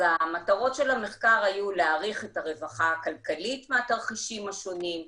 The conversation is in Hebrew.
המטרות של המחקר היו להעריך את הרווחה הכלכלית מהתרחישים השונים,